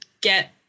get